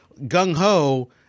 Gung-Ho